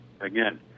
again